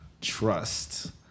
trust